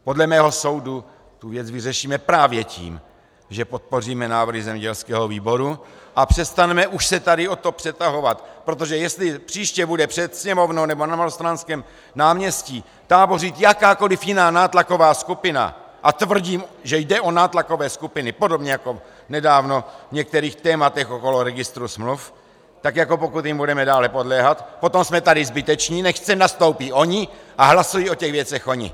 Podle mého soudu tu věc vyřešíme právě tím, že podpoříme návrhy zemědělského výboru a přestaneme už se tady o to přetahovat, protože jestli příště bude před Sněmovnou nebo na Malostranském náměstí tábořit jakákoliv jiná nátlaková skupina, a tvrdím, že jde o nátlakové skupiny podobně jako nedávno v některých tématech okolo registru smluv, a pokud jim budeme dále podléhat, potom jsme tady zbyteční, nechť sem nastoupí oni a hlasují o těch věcech oni.